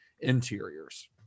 interiors